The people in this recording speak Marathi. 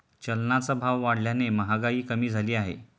चलनाचा भाव वाढल्याने महागाई कमी झाली आहे